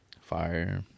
fire